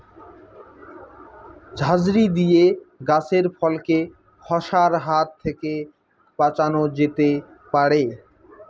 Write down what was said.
ঝাঁঝরি দিয়ে গাছের ফলকে মশার হাত থেকে বাঁচানো যেতে পারে?